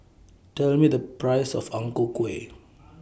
Tell Me The Price of Ang Ku Kueh